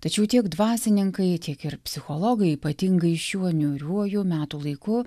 tačiau tiek dvasininkai tiek ir psichologai ypatingai šiuo niūriuoju metų laiku